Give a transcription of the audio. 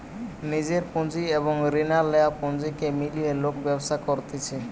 নিজের পুঁজি এবং রিনা লেয়া পুঁজিকে মিলিয়ে লোক ব্যবসা করতিছে